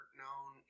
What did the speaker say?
known